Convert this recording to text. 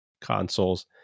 consoles